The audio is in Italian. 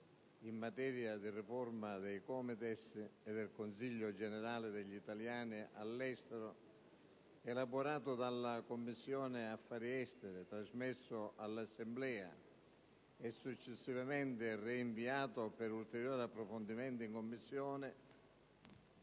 in materia di riforma dei COMITES e del Consiglio generale degli italiani all'estero, elaborato dalla Commissione affari esteri trasmesso all'Assemblea e, successivamente, rinviato per un ulteriore approfondimento alla Commissione,